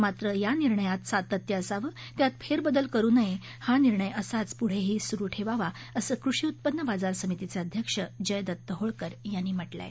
मात्र या निर्णयात सातत्य असावं यात फेरबदल करू नये हा निर्णय असाच पुढेही सुरू ठेवावा असं कृषी उत्पन्न बाजार समितीचे अध्यक्ष जयदत्त् होळकर यांनी म्हटलं आहे